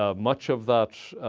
ah much of that